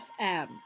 FM